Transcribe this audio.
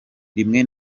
rimwe